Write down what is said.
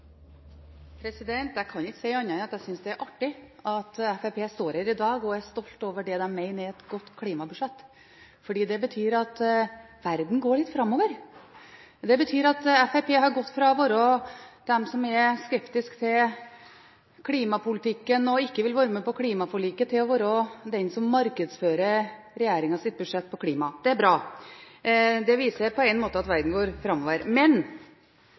at Fremskrittspartiet i dag står her og er stolt over det de mener er et godt klimabudsjett, for det betyr at verden går litt framover, og det betyr at Fremskrittspartiet har gått fra å være dem som er skeptisk til klimapolitikken og som ikke vil være med på klimaforliket, til å være dem som markedsfører regjeringens klimabudsjett. Det er bra, og det viser på en måte at verden går framover.